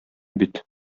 бит